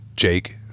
Jake